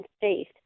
faith